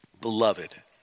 Beloved